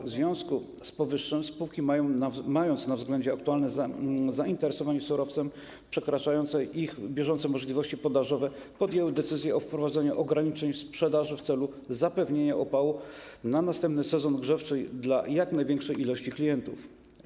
W związku z powyższym spółki, mając na względzie aktualne zainteresowanie surowcem przekraczające ich bieżące możliwości podażowe, podjęły decyzję o wprowadzeniu ograniczeń w sprzedaży w celu zapewnienia opału na następny sezon grzewczy dla jak największej ilości klientów.